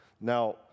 Now